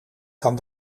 kan